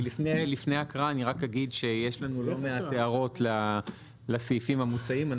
לפני ההקראה אני רק אגיד שיש לנו לא מעט הערות לסעיפים המוצעים.